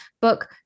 book